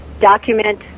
document